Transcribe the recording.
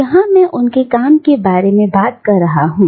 यहां मैं उनके काम के बारे में बात कर रहा हूं